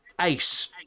ace